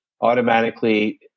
automatically